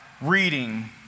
reading